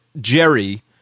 Jerry